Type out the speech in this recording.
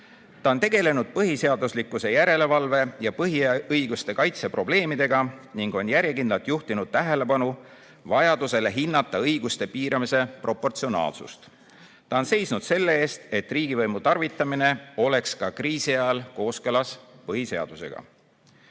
Ta on tegelenud põhiseaduslikkuse järelevalve ja põhiõiguste kaitse probleemidega ning on järjekindlalt juhtinud tähelepanu vajadusele hinnata õiguste piiramise proportsionaalsust. Ta on seisnud selle eest, et riigivõimu tarvitamine oleks ka kriisi ajal kooskõlas põhiseadusega.